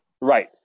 Right